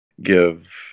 give